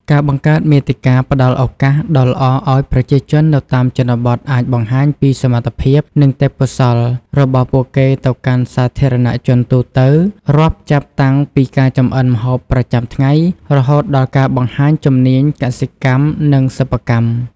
ការបង្កើតមាតិកាផ្តល់ឱកាសដ៏ល្អឲ្យប្រជាជននៅតាមជនបទអាចបង្ហាញពីសមត្ថភាព និងទេពកោសល្យ របស់ពួកគេទៅកាន់សាធារណជនទូទៅ រាប់ចាប់តាំងពីការចម្អិនម្ហូបប្រចាំថ្ងៃ រហូតដល់ការបង្ហាញជំនាញកសិកម្ម និងសិប្បកម្ម។